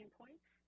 points